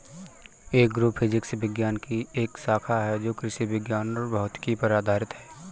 agrophysics विज्ञान की एक शाखा है जो कृषि विज्ञान और भौतिकी पर आधारित है